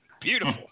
Beautiful